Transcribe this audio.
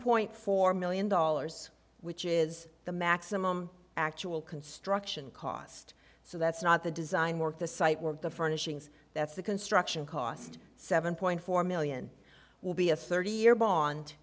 point four million dollars which is the maximum actual construction cost so that's not the design work the site we're the furnishings that's the construction cost seven point four million will be a thirty year bond